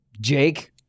Jake